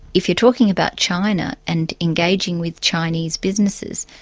if you're talking about china and engaging with chinese businesses,